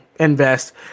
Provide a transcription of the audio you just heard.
invest